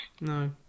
No